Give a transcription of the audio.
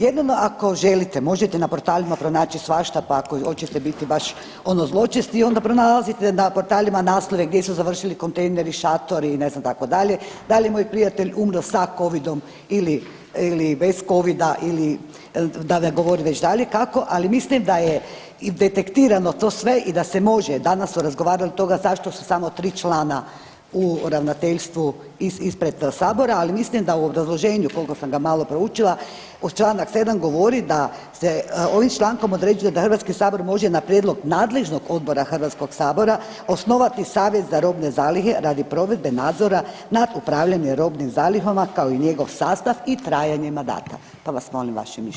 Jedino ako želite možete na portalima pronaći svašta, pa ako i hoćete bit baš ono zločest i onda pronalazite na portalima naslove gdje su završili kontejneri, šatori i ne znam itd., da li je moj prijatelj umro sa covidom ili bez covida ili da ne govorim već dalje kako, ali mislim da je detektirano to sve i da se može danas smo razgovarali oko toga zašto su samo tri člana u ravnateljstvu ispred sabora, ali mislim da u obrazloženju koliko sam ga malo proučila uz čl. 7. govori da se ovim člankom određuje da HS može na prijedlog nadležnost odbora HS-a osnovati savjet za robne zalihe radi provedbe nadzora nad upravljanjem robnim zalihama kao i njegov sastav i trajanje mandata, pa vas molim vaše mišljenje.